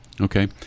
Okay